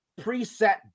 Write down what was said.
preset